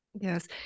Yes